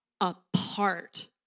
apart